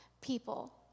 people